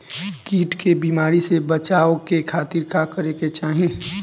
कीट के बीमारी से बचाव के खातिर का करे के चाही?